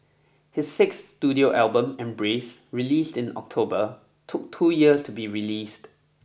his six studio album embrace released in October took two years to be released